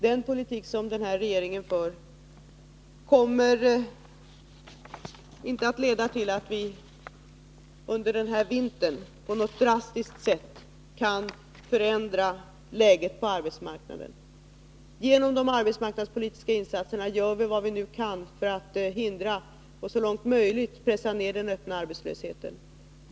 Den politik som denna regering för kommer inte att leda till att vi under den här vintern på något drastiskt sätt kan förändra läget på arbetsmarknaden. Genom de arbetsmarknadspolitiska insatserna gör vi vad vi nu kan för att hejda och så långt möjligt pressa ner den öppna arbetslösheten.